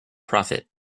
profit